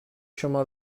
شما